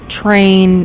train